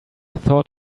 thought